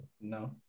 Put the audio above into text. No